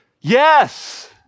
Yes